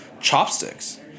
chopsticks